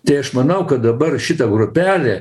tai aš manau kad dabar šita grupelė